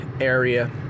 area